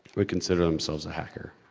would consider themselves a hacker?